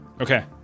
Okay